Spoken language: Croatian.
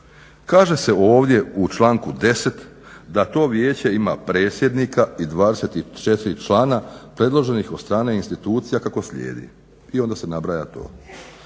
Kaže se ovdje u članku 10.da to vijeće ima predsjednika i 24 člana predloženih od strane institucija kako slijedi. I onda se nabraja to,